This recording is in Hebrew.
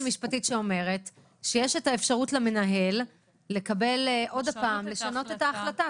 המשפטית שאומרת שיש אפשרות למנהל לשנות את ההחלטה.